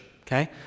okay